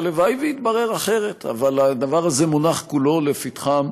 הלוואי שיתברר אחרת, אבל הדבר הזה מונח כולו לפתחם